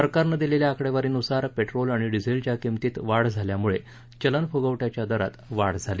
सरकारने दिलेल्या आकडेवारीनुसार पेट्रोल आणि डिझेलच्या किंमतीत वाढ झाल्यामुळे चालनफुगवट्याच्या दरात वाढ झाली